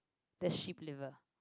the sheep liver